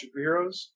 Superheroes